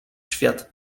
świat